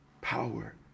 power